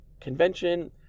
convention